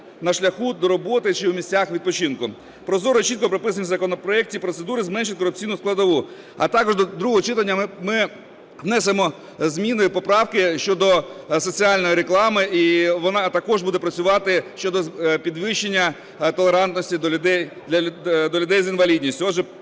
на шлях до роботи чи в місцях відпочинку. Прозоро і чітко прописані в законопроекті процедури зменшать корупційну складову. А також до другого читання ми внесемо зміни і поправи щодо соціальної реклами, і вона також буде працювати щодо підвищення толерантності до людей з інвалідністю.